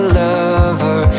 lover